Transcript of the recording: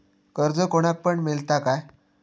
कर्ज कोणाक पण मेलता काय?